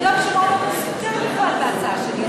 יהודה ושומרון לא מוזכרים בכלל בהצעה שלי,